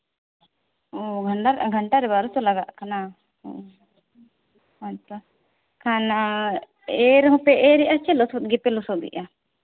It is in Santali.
ᱚ ᱜᱷᱚᱱᱴᱟ ᱜᱷᱚᱱᱴᱟ ᱨᱮ ᱵᱟᱨᱚ ᱥᱚ ᱞᱟᱜᱟᱜ ᱠᱟᱱᱟ ᱚ ᱦᱚᱭᱛᱳ ᱠᱷᱟᱱ ᱮᱨ ᱦᱚᱸᱯᱮ ᱮᱨᱮᱜᱼᱟ ᱥᱮ ᱞᱚᱥᱚᱫ ᱜᱮᱯᱮ ᱞᱚᱥᱚᱫᱮᱜᱼᱟ